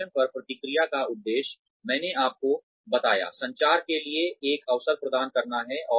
प्रदर्शन पर प्रतिक्रिया का उद्देश्य मैंने आपको बताया संचार के लिए एक अवसर प्रदान करना है